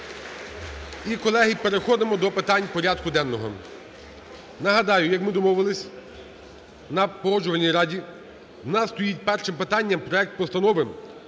І, колеги, переходимо до питань порядку денного. Нагадаю, як ми домовились на Погоджувальній раді, в нас стоїть першим питанням проект Постанови